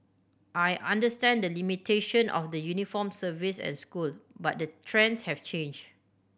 I understand the limitation of the uniformed service and school but the trends have changed